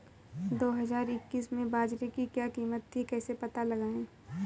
दो हज़ार इक्कीस में बाजरे की क्या कीमत थी कैसे पता लगाएँ?